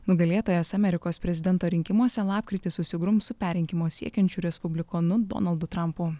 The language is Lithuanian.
nugalėtojas amerikos prezidento rinkimuose lapkritį susigrums su perrinkimo siekiančiu respublikonu donaldu trampu